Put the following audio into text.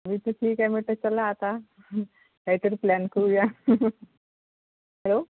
मी तर ठीक आहे मट चला आता काहीतरी प्लॅन करूया हॅलो